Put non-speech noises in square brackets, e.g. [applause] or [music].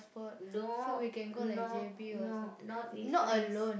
no no no not with friends [noise]